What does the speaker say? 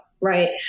right